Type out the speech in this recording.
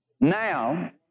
Now